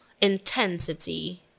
intensity